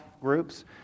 groups